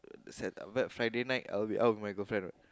Sat~ Friday night I'll be out with my girlfriend what